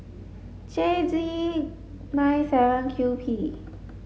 J G nine seven Q P